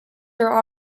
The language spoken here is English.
are